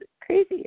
crazy